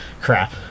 crap